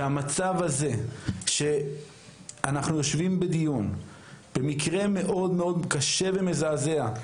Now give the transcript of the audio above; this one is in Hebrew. המצב הזה שאנחנו יושבים בדיון במקרה מאוד מאוד קשה ומזעזע,